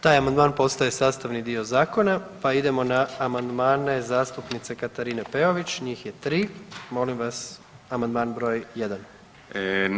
Taj amandman postaje sastavni dio zakona, pa idemo na amandmane zastupnice Katarine Peović, njih je 3, molim vas amandman broj 1.